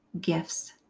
gifts